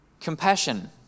compassion